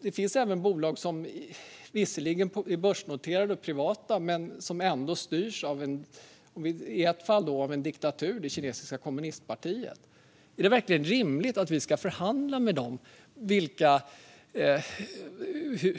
Det finns även bolag som visserligen är börsnoterade och privata men ändå styrs av stater, i ett fall av en diktatur, nämligen det kinesiska kommunistpartiet. Är det verkligen rimligt att vi ska förhandla med dem om